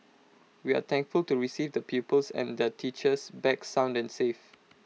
we are thankful to receive the pupils and the teachers back sound and safe